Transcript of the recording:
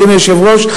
אדוני היושב-ראש,